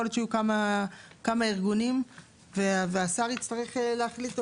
יכול להיות שיהיו כמה ארגונים והשר יצטרך להחליט,